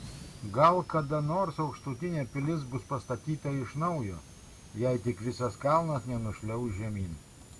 gal kada nors aukštutinė pilis bus pastatyta iš naujo jei tik visas kalnas nenušliauš žemyn